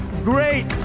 great